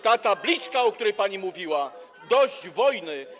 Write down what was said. Ta tabliczka, o której pani mówiła: dość wojny.